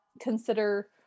consider